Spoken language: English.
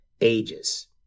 Ages